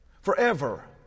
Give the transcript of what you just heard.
Forever